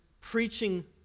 preaching